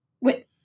Wait